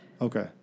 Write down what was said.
Okay